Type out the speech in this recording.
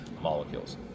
molecules